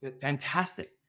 fantastic